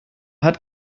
hat